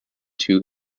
two